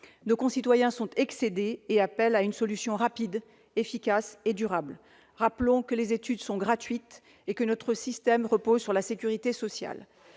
Nos concitoyens sont excédés. Ils demandent une solution rapide, efficace et durable. Rappelons que les études de médecine sont gratuites et que notre système repose sur la sécurité sociale.